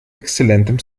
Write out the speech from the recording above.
exzellentem